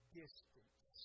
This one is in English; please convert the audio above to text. distance